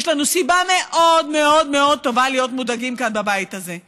יש לנו סיבה מאוד מאוד מאוד טובה להיות מודאגים כאן בבית הזה.